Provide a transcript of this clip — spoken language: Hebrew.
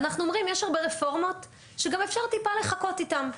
ואנחנו אומרים: יש הרבה רפורמות שגם אפשר טיפה לחכות איתן.